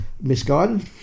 misguided